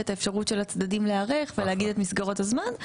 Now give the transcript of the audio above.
ואת האפשרות של הצדדים להיערך ולהגיד את מסגרות הזמן.